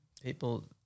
people